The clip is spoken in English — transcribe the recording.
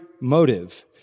motive